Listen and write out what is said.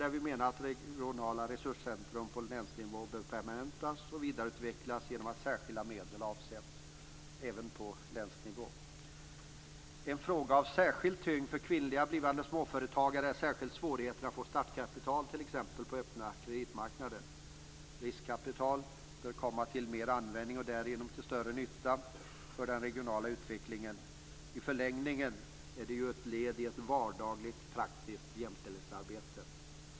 Vi menar att regionala resurscentrum på länsnivå bör permanentas och vidareutvecklas genom att särskilda medel avsätts även på länsnivå. En fråga av särskild tyngd för kvinnliga blivande småföretagare är svårigheterna att få startkapital, t.ex. på den öppna kreditmarknaden. Riskkapital bör komma till mer användning och därigenom till större nytta för den regionala utvecklingen. I förlängningen är ju detta ett led i ett vardagligt praktiskt jämställdhetsarbete.